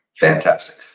Fantastic